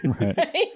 Right